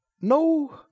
no